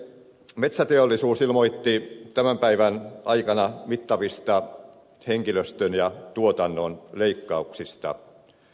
metsäteollisuus ilmoitti tämän päivän aikana mittavista henkilöstön ja tuotannon leikkauksista